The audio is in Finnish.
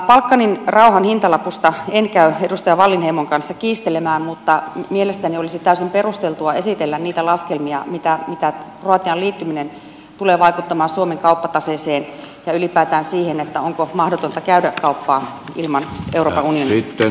balkanin rauhan hintalapusta en käy edustaja wallinheimon kanssa kiistelemään mutta mielestäni olisi täysin perusteltua esitellä niitä laskelmia mitä kroatian liittyminen tulee vaikuttamaan suomen kauppataseeseen ja ylipäätään siihen onko mahdotonta käydä kauppaa ilman euroopan unionia